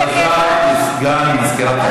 שברגע שהם יימכרו,